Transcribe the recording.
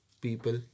people